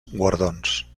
guardons